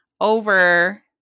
over